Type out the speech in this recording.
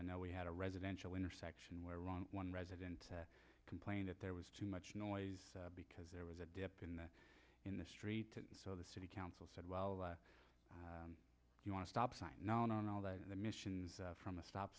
i know we had a residential intersection where wrong one resident complain that there was too much noise because there was a dip in the in the street so the city council said well if you want to stop sign on all the emissions from a stop